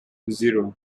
zero